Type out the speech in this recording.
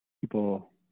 people